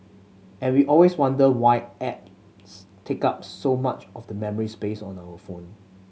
and we always wonder why apps take up so much of the memory space on our phone